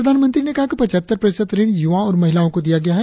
प्रधानमंत्री ने कहा कि पचहत्तर प्रतिशत ऋण युवाओं और महिलाओं को दिया गया है